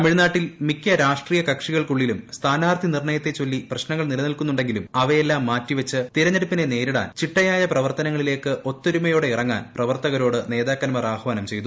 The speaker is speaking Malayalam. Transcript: തമിഴ്നാട്ടിൽ മിക്ക രാഷ്ട്രീയ കക്ഷികൾക്കുള്ളിലും സ്ഥാനാർത്ഥി നിർണയത്തെ ചൊല്ലി പ്രശ്നങ്ങൾ നില നിൽക്കുന്നുണ്ടെങ്കിലും അവയെല്ലാം മാറ്റി വച്ച് തിരഞ്ഞെടു പ്പിനെ നേരിടാൻ ചിട്ടയായ പ്രവർത്തനങ്ങളിലേയ്ക്ക് ഒത്തൊരുമ യോടെ ഇറങ്ങാൻ പ്രവർത്തകരോട് നേതാക്കന്മാർ ആഹ്വാനം ചെയ്തു